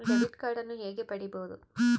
Debit ಕಾರ್ಡನ್ನು ಹೇಗೆ ಪಡಿಬೋದು?